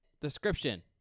Description